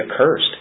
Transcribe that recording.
accursed